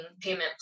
payment